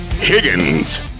Higgins